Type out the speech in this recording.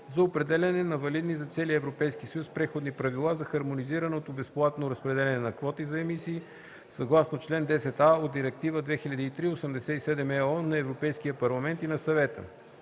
за определяне на валидни за целия Европейски съюз преходни правила за хармонизираното безплатно разпределяне на квоти за емисии съгласно член 10а от Директива 2003/87/ЕО на Европейския парламент и на Съвета;